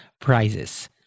prizes